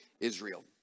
Israel